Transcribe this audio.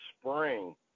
spring